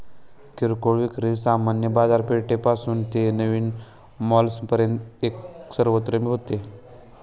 किरकोळ विक्री सामान्य बाजारपेठेपासून ते नवीन मॉल्सपर्यंत सर्वत्र होते